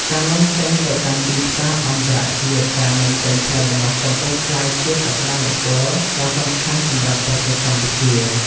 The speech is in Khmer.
ការនាំចេញទៅកាន់ទីផ្សារអន្តរជាតិការនាំចេញផ្លែម្នាស់កំពុងក្លាយជាសក្តានុពលដ៏សំខាន់សម្រាប់ប្រទេសកម្ពុជា។